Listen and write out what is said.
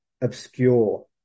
obscure